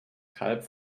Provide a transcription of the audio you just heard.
kalb